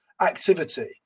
activity